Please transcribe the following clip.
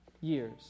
years